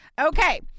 okay